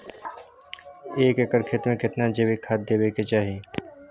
एक एकर खेत मे केतना जैविक खाद देबै के चाही?